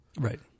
Right